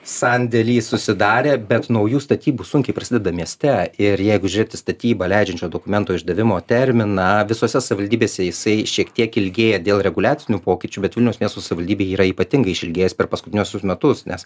sandėly susidarė bet naujų statybų sunkiai prasideda mieste ir jeigu žiūrėti statybą leidžiančio dokumento išdavimo terminą visose savivaldybėse jisai šiek tiek ilgėja dėl reguliacinių pokyčių bet vilniaus miesto savivaldybėj yra ypatingai išilgėjęs per paskutiniuosius metus nes